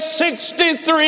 63